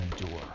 endure